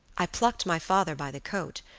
i plucked my father by the coat,